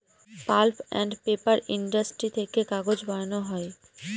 pulp and paper industry থেকে কাগজ বানানো হয়